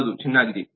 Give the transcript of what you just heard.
ಹೌದು ಚೆನ್ನಾಗಿದೆ